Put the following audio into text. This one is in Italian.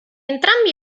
entrambi